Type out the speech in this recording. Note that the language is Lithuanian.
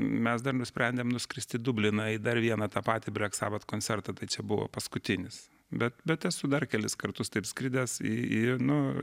mes dar nusprendėm nuskristi į dubliną į dar vieną tą patį blek sabat koncertą tai čia buvo paskutinis bet bet esu dar kelis kartus taip skridęs į į nu